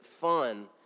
fun